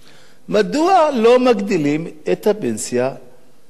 מדוע לא מעלים את גיל הפנסיה לצה"ל?